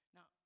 Now